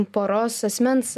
poros asmens